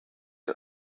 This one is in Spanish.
del